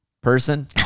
person